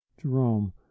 Jerome